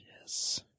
yes